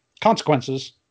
consequences